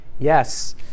Yes